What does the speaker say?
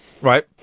Right